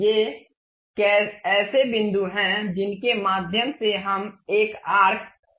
ये ऐसे बिंदु हैं जिनके माध्यम से हम एक आर्क पास करना चाहेंगे